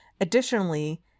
Additionally